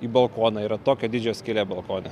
į balkoną yra tokio dydžio skylė balkone